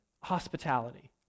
hospitality